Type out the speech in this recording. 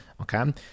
okay